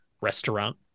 restaurant